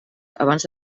abans